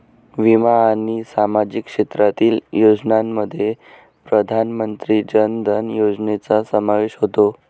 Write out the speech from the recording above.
विमा आणि सामाजिक क्षेत्रातील योजनांमध्ये प्रधानमंत्री जन धन योजनेचा समावेश होतो